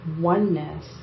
oneness